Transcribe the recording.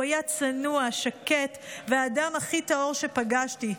הוא היה צנוע, שקט, והאדם הכי טהור שפגשתי.